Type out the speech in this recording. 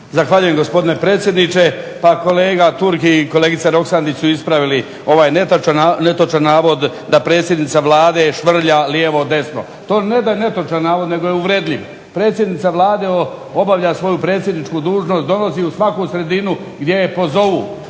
Zahvaljujem, gospodine predsjedniče. Pa kolega Turk i kolegica Roksandić su ispravili ovaj netočan navod da predsjednica Vlade švrlja lijevo-desno. To ne da je netočan navod nego je uvredljiv. Predsjednica Vlade obavlja svoju predsjedničku dužnost, dolazi u svaku sredinu gdje je pozovu